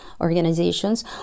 organizations